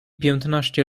piętnaście